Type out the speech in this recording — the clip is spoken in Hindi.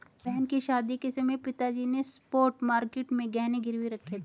बहन की शादी के समय पिताजी ने स्पॉट मार्केट में गहने गिरवी रखे थे